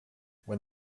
when